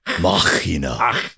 Machina